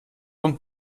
und